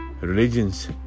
religions